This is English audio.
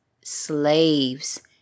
slaves